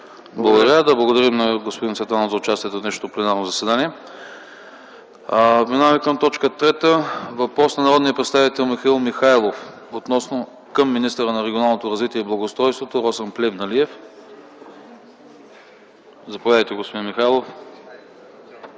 Благодаря. Да благодарим на господин Цветанов за участието му в днешното пленарно заседание. Преминаваме към въпрос на народния представител Михаил Михайлов към министъра на регионалното развитие и благоустройството Росен Плевнелиев. Заповядайте, господин Михайлов.